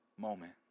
moment